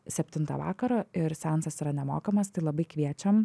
septintą vakaro ir seansas yra nemokamas tai labai kviečiam